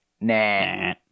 nah